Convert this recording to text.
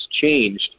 changed